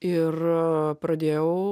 ir pradėjau